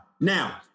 Now